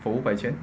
我五百千